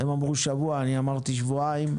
הם אמרו שבוע, אני אמרתי שבועיים.